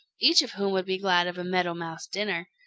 each of whom would be glad of a meadow mouse dinner.